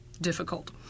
difficult